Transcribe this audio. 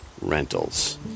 Rentals